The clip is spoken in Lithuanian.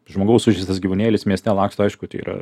žmogaus sužeistas gyvūnėlis mieste laksto aišku tai yra